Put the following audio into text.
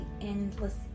endless